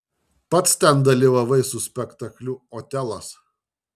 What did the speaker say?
pats ten dalyvavai su spektakliu otelas